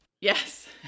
Yes